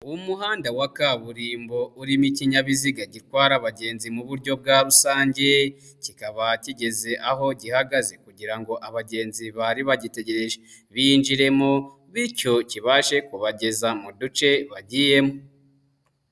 Umuhanda wa kaburimbo urimo ikinyabiziga gitwara abagenzi mu buryo bwa rusange, kikaba kigeze aho gihagaze kugira ngo abagenzi bari bagitegereje binjiremo bityo kibashe kubageza mu duce bagiyemo.